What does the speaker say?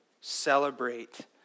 celebrate